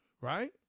right